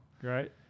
Great